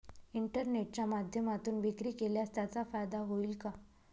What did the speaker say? इंटरनेटच्या माध्यमातून विक्री केल्यास त्याचा फायदा होईल का?